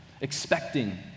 expecting